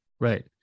Right